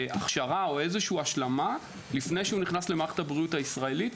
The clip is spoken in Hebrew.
הכשרה או השלמה לפני שהוא נכנס למערכת הבריאות הישראלית.